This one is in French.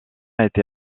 été